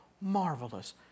marvelous